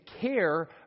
care